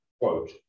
quote